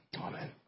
amen